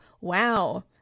wow